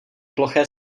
ploché